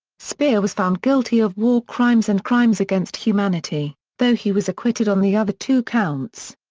speer was found guilty of war crimes and crimes against humanity, though he was acquitted on the other two counts.